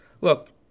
Look